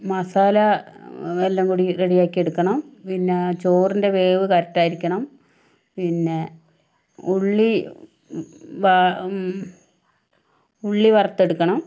മസാല എല്ലാം കൂടി റെഡിയാക്കി എടുക്കണം പിന്നെ ചോറിന്റെ വേവ് കറക്ട് ആയിരിക്കണം പിന്നെ ഉള്ളി ഉള്ളി വറുത്തെടുക്കണം